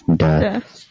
death